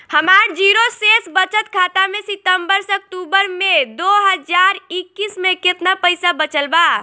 हमार जीरो शेष बचत खाता में सितंबर से अक्तूबर में दो हज़ार इक्कीस में केतना पइसा बचल बा?